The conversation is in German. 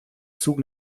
zug